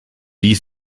die